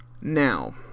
Now